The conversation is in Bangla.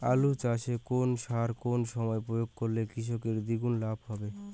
আলু চাষে কোন সার কোন সময়ে প্রয়োগ করলে কৃষকের দ্বিগুণ লাভ হবে?